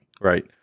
Right